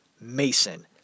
Mason